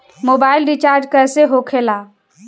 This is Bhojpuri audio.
मोबाइल रिचार्ज कैसे होखे ला?